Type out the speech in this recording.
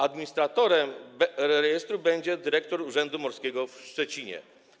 Administratorem rejestru będzie dyrektor Urzędu Morskiego w Szczecinie.